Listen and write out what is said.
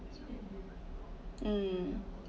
um